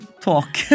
talk